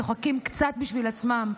צוחקים קצת בשביל עצמם,